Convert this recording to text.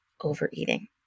overeating